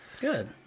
Good